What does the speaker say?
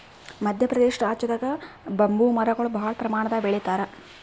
ಮದ್ಯ ಪ್ರದೇಶ್ ರಾಜ್ಯದಾಗ್ ಬಂಬೂ ಮರಗೊಳ್ ಭಾಳ್ ಪ್ರಮಾಣದಾಗ್ ಬೆಳಿತಾರ್